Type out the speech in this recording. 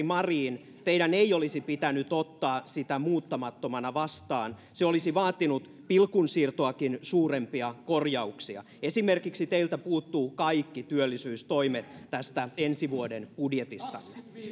marin teidän ei olisi pitänyt ottaa sitä muuttamattomana vastaan se olisi vaatinut pilkun siirtoakin suurempia korjauksia esimerkiksi teiltä puuttuvat kaikki työllisyystoimet tästä ensi vuoden budjetista